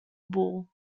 bull